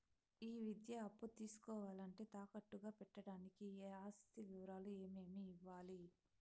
ఈ విద్యా అప్పు తీసుకోవాలంటే తాకట్టు గా పెట్టడానికి ఆస్తి వివరాలు ఏమేమి ఇవ్వాలి?